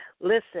Listen